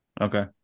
Okay